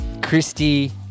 Christy